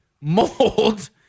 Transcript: mold